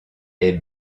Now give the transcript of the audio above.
est